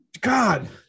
god